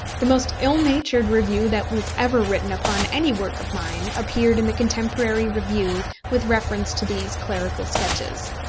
the most ill-natured review that was ever written upon any work of mine appeared in the contemporary review with reference to these clerical sketches.